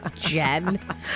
Jen